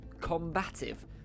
combative